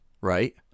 right